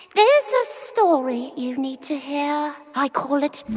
there's a story you need to hear. i call it.